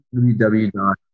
www